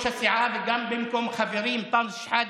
הסיעה וגם במקום חברי אנטאנס שחאדה,